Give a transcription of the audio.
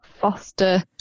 foster